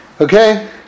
Okay